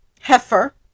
heifer